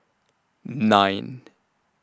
nine